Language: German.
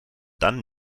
dann